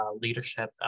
leadership